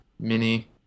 Mini